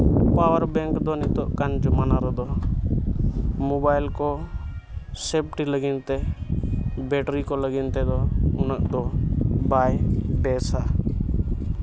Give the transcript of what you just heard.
power bank ᱫᱚ ᱱᱤᱛᱚᱜ ᱠᱟᱱ ᱡᱚᱢᱟᱱᱟ ᱨᱮᱫᱚ ᱢᱳᱵᱟᱭᱤᱞ ᱠᱚ ᱥᱮᱯᱷᱴᱤ ᱞᱟᱹᱜᱤᱫᱛᱮ ᱵᱮᱴᱨᱤ ᱠᱚ ᱞᱟᱹᱜᱤᱫ ᱛᱮᱫᱚ ᱩᱱᱟᱹᱜ ᱫᱚ ᱵᱟᱭ ᱵᱮᱥᱟ